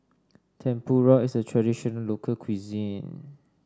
tempura is a traditional local cuisine